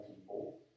people